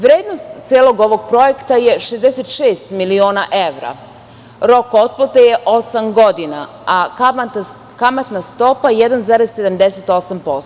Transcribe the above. Vrednost celog ovog projekta je 66 miliona evra, a rok otplate je 8 godina, a kamatna stopa 1,78%